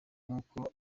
nk’uko